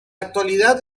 actualidad